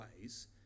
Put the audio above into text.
ways